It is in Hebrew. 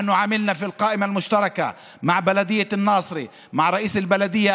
אנחנו פעלנו ברשימה המשותפת עם עיריית נצרת עם ראש העירייה,